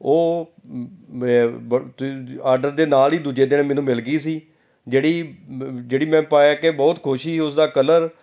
ਉਹ ਮੇ ਆਡਰ ਦੇ ਨਾਲ ਹੀ ਦੂਜੇ ਦਿਨ ਮੈਨੂੰ ਮਿਲ ਗਈ ਸੀ ਜਿਹੜੀ ਜਿਹੜੀ ਮੈਂ ਪਾਇਆ ਕਿ ਬਹੁਤ ਖੁਸ਼ ਸੀ ਉਸਦਾ ਕਲਰ